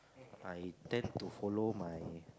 I tend to follow my